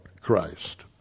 Christ